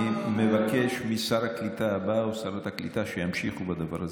אני מבקש משר הקליטה הבא או שרת הקליטה שימשיכו בדבר הזה,